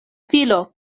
filo